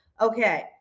Okay